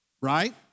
right